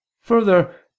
further